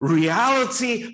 reality